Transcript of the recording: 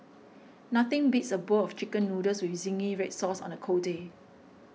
nothing beats a bowl of Chicken Noodles with Zingy Red Sauce on a cold day